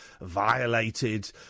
violated